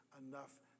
enough